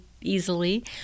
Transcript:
easily